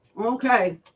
Okay